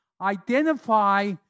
identify